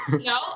No